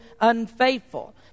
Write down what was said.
unfaithful